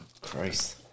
Christ